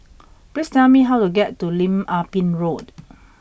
please tell me how to get to Lim Ah Pin Road